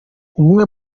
ubumwe